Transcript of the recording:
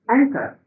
Anchor